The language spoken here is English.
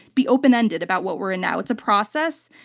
be open-ended about what we're in now. it's a process.